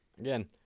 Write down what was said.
Again